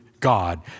God